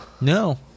No